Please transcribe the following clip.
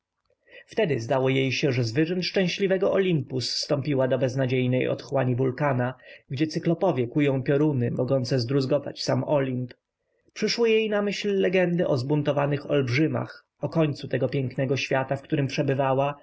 wtedy zdało się jej że z wyżyn szczęśliwego olimpu zstąpiła do beznadziejnej otchłani wulkana gdzie cyklopowie kują pioruny mogące zdruzgotać sam olimp przyszły jej na myśl legendy o zbuntowanych olbrzymach o końcu tego pięknego świata w którym przebywała